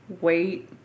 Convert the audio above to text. wait